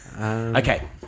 Okay